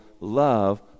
love